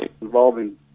involving